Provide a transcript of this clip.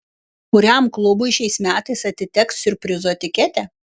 kuriam klubui šiais metais atiteks siurprizo etiketė